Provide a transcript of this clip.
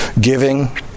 Giving